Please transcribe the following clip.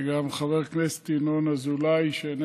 וגם חבר הכנסת ינון אזולאי, שאינו